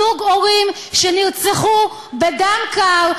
זוג הורים שנרצחו בדם קר,